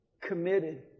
Committed